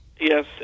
Yes